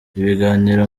ibiganiro